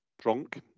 drunk